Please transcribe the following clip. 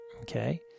Okay